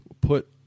put